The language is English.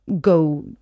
go